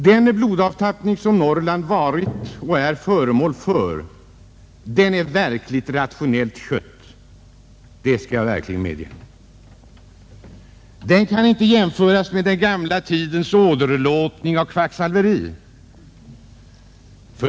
Den blodavtappning som Norrland har varit och är föremål för är verkligt rationellt skött — det skall medges. Den kan inte jämföras med gamla tiders åderlåtning och kvacksalveri.